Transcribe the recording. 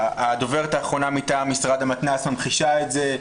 הדוברת האחרונה מטעם משרד המתנ"ס ממחישה את זה,